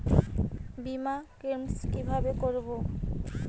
বিমা ক্লেম কিভাবে করব?